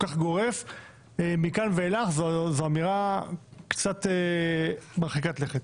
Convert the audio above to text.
כך גורף מכאן ואילך זו אמירה קצת מרחיקת לכת.